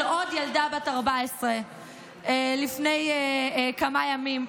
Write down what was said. של עוד ילדה בת 14 לפני כמה ימים.